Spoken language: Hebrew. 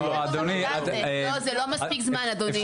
לא, זה לא מספיק זמן אדוני.